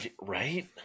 right